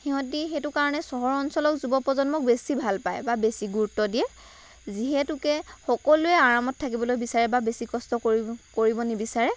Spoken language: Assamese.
সিহঁতি সেইটো কাৰণে চহৰ অঞ্চলও যুৱ প্ৰজন্মক বেছি ভাল পায় বা বেছি গুৰুত্ব দিয়ে যিহেতুকে সকলোৱে আৰামত থাকিব বিচাৰে বা বেছি কষ্ট কৰিব কৰিব নিবিচাৰে